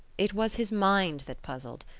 it was his mind that puzzled,